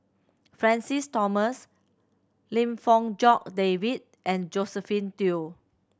Francis Thomas Lim Fong Jock David and Josephine Teo